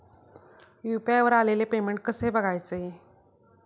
UPI वर आलेले payment कसे बघायचे?